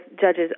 judges